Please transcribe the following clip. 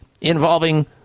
involving